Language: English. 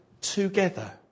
together